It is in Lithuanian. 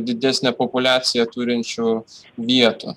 didesnę populiaciją turinčių vietų